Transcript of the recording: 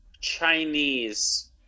Chinese